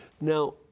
Now